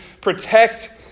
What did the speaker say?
protect